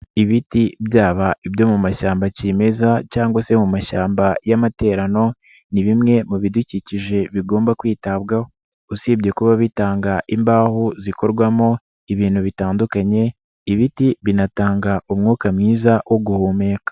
Ibiti byaba ibyo mu mashyamba kimeza cyangwa se mu mashyamba y'amateraniro, ni bimwe mu bidukikije bigomba kwitabwaho, usibye kuba bitanga imbaho zikorwamo ibintu bitandukanye, ibiti binatanga umwuka mwiza wo guhumeka.